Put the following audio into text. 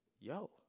yo